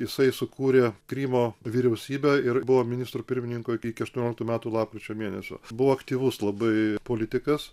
jisai sukūrė krymo vyriausybę ir buvo ministru pirmininku iki aštuonioliktų metų lapkričio mėnesio buvo aktyvus labai politikas